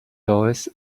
doors